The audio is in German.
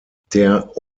der